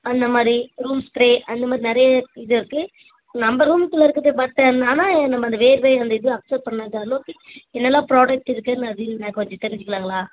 அந்தமாதிரி room spray அந்தமாதிரி நிறைய இது இருக்குது நம்ம ரூமுக்குள்ள இருக்குது பட்டு ஆனால் நம்ம இந்த வேர்வை இந்த இது அப்ஸெர்வ் பண்ணாத அளவுக்கு என்னெல்லாம் ப்ராடெக்ட் இருக்குதுன்னு அது நான் கொஞ்சம் தெரிஞ்சுக்கலாங்களா